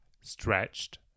stretched